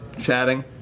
chatting